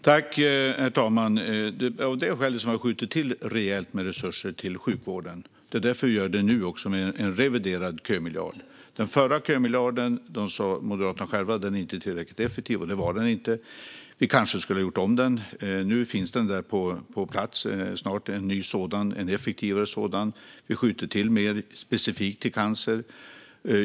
Herr talman! Det är av detta skäl vi har skjutit till rejält med resurser till sjukvården. Det är också därför vi gör det nu, med en reviderad kömiljard. Moderaterna sa själva att den förra kömiljarden inte var tillräckligt effektiv, och det var den inte. Vi kanske skulle ha gjort om den. Nu finns det dock snart en ny och effektivare sådan på plats. Vi skjuter till mer, specifikt till cancer.